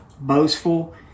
boastful